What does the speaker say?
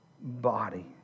body